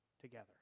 together